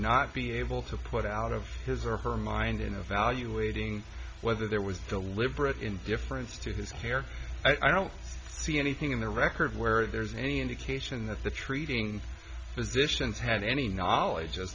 not be able to put out of his or her mind in the valuating whether there was deliberate indifference to his care i don't see anything in the record where there's any indication that the treating physicians had any knowledge